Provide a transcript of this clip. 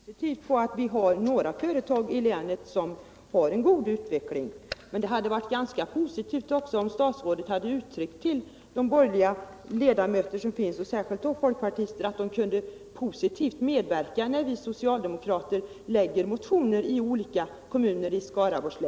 Herr talman! Nej, naturligtvis ser jag positivt på att några företag i länet har en god utveckling. Men det hade också varit positivt, om statsrådet till de borgerliga ledamöterna, särskilt folkpartister, hade kunnat framföra att de aktivt bör medverka när vi socialdemokrater i Skaraborgs län väcker motioner i olika frågor.